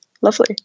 Lovely